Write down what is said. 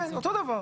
כן, אותו דבר.